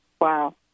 Wow